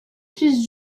fils